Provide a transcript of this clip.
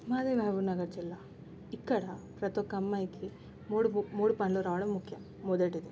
మాది మహబూబ్నగర్ జిల్లా ఇక్కడ ప్రతొక్కమ్మాయికి మూడు మూడు పనులు రావడం ముఖ్యం మొదటిది